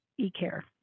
E-care